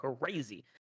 crazy